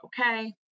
okay